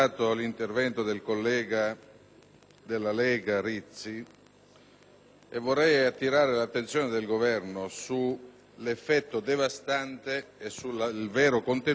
Vorrei attirare l'attenzione del Governo sull'effetto devastante e sul vero contenuto dell'emendamento che ha illustrato il collega Rizzi.